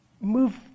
move